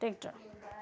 tractor